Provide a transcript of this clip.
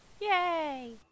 Yay